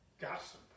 gossip